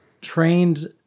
trained